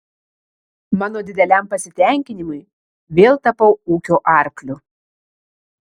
mano dideliam pasitenkinimui vėl tapau ūkio arkliu